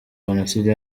jenoside